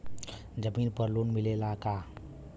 जमीन पर लोन मिलेला का?